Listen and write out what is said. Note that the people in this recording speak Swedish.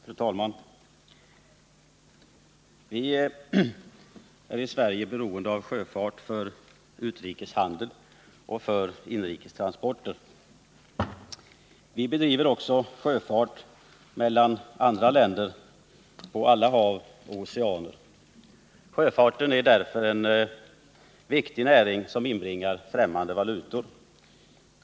Fru talman! Vi är i Sverige beroende av sjöfart för utrikeshandel och för inrikestransporter. Vi bedriver också sjöfart mellan andra länder på alla hav och oceaner. Sjöfarten är därför en viktig näring som inbringar främmande valutor.